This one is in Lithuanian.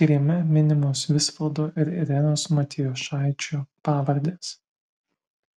tyrime minimos visvaldo ir irenos matjošaičių pavardės